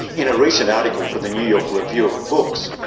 in a recent article for the new york review of books,